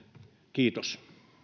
kiitos